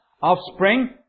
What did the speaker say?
offspring